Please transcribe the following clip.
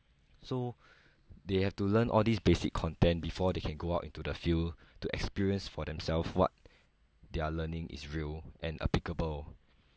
so they have to learn all this basic content before they can go out into the field to experience for themselves what they're learning is real and applicable